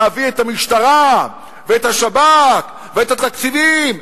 להביא את המשטרה ואת השב"כ ואת התקציבים?